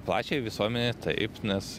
plačiajai visuomene taip nes